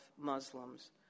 Muslims